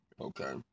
okay